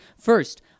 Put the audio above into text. First